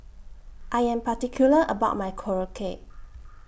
I Am particular about My Korokke